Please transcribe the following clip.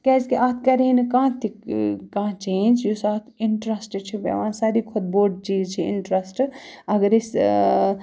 کیٛازِکہِ اَتھ کَرِہے نہٕ کانٛہہ تہِ کانٛہہ چینٛج یُس اَتھ اِنٹرٛسٹ چھِ پٮ۪وان ساروی کھۄتہٕ بوٚڑ چیٖز چھِ اِنٹرٛسٹ اگر أسۍ